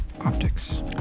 optics